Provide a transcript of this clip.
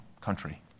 country